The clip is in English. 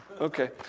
okay